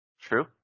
True